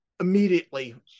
immediately